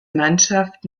mannschaft